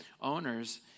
owners